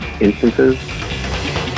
Instances